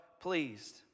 pleased